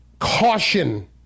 Caution